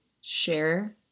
share